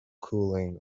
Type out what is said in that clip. cooling